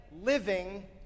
living